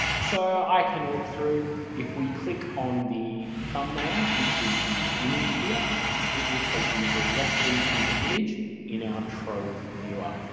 so i can look through. if we click on the thumbnail which is the image here it will take you directly to the image in our trove viewer.